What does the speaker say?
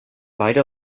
beide